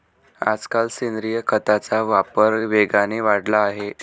आजकाल सेंद्रिय खताचा वापर वेगाने वाढला आहे